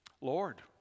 Lord